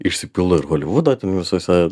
išsipildo ir holivudo visuose